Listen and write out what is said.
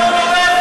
התקנון אומר.